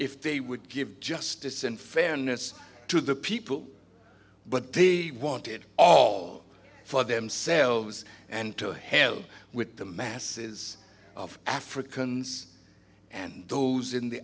if they would give justice and fairness to the people but they wanted all for themselves and to hell with the masses of africans and those in the